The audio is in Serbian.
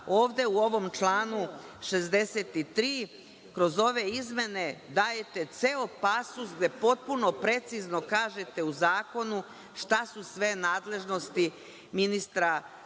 ovde u ovom članu 63. kroz ove izmene dajete ceo pasus gde potpuno precizno kažete u zakonu šta su sve nadležnosti ministra za